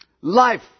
Life